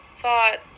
thought